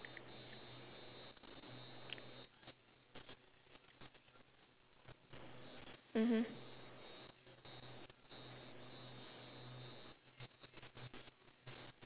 mmhmm